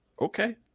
Okay